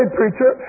preacher